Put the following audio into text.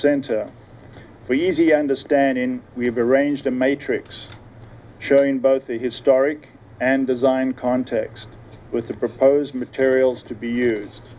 center easy understanding we have the range the matrix showing both the historic and design context with the proposed materials to be used